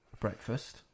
breakfast